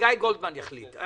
גיא גולדמן יחליט.